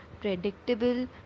predictable